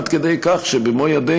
עד כדי כך שבמו-ידינו,